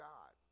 God